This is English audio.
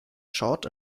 short